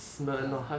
ah